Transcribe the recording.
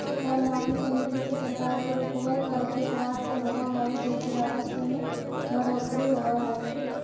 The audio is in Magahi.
कर माफी के नीति से सरकार के रुकवल, कर के प्राप्त होवऽ हई जेसे राजस्व में बढ़ोतरी होवऽ हई